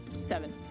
Seven